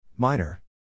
Minor